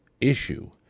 issue